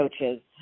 coaches